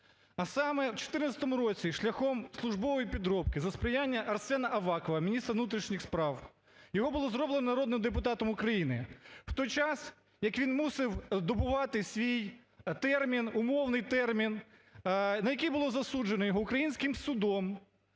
А саме, в 2014 році шляхом службової підробки за сприяння Арсена Авакова, міністра внутрішніх справ, його було зроблено народним депутатом України, в той час як він мусив добувати свій термін, умовний термін, на який було засуджено його українським судом